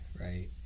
right